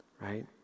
right